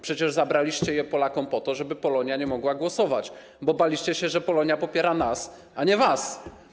Przecież zabraliście je Polakom po to, żeby Polonia nie mogła głosować, bo baliście się, że Polonia popiera nas, a nie was.